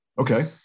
Okay